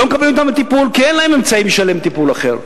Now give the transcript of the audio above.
לא מקבלים אותם לטיפול כי אין להם אמצעים לשלם על טיפול אחר.